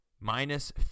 Minus